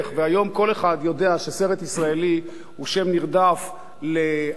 והיום כל אחד יודע שסרט ישראלי הוא שם נרדף להפקה,